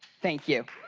thank you.